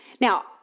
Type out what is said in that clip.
Now